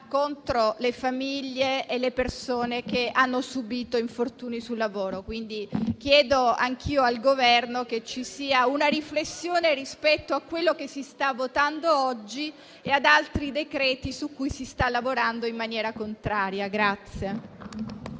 contro le famiglie e le persone che hanno subito infortuni sul lavoro. Chiedo anch'io al Governo che ci sia una riflessione rispetto a quello che si sta votando oggi e ad altri decreti-legge su cui si sta lavorando in maniera contraria.